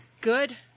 Good